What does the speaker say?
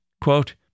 Quote